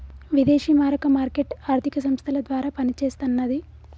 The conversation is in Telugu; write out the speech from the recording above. విదేశీ మారక మార్కెట్ ఆర్థిక సంస్థల ద్వారా పనిచేస్తన్నది